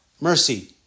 mercy